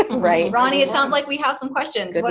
um right ronnie, it sounds like we have some questions. and